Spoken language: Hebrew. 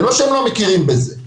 זה לא שלא מכירים בזה,